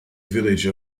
village